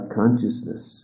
consciousness